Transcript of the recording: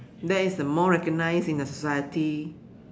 that is the more recognised in the society